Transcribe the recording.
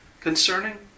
Concerning